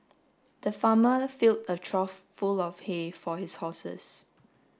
the farmer filled a trough full of hay for his horses